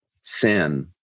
sin